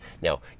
Now